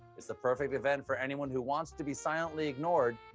it's the perfect event for anyone who wants to be silently ignored,